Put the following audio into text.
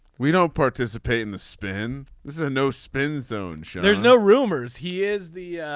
we don't participate in the spin. this is a no spin zone. there's no rumors. he is the